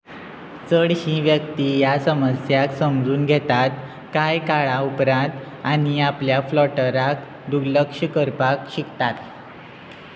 चडशीं व्यक्ती ह्या समस्याक समजून घेतात कांय काळा उपरांत आनी आपल्या फ्लॉटराक दुर्लक्ष करपाक शिकतात